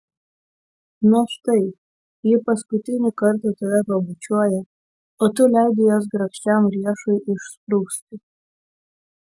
na štai ji paskutinį kartą tave pabučiuoja o tu leidi jos grakščiam riešui išsprūsti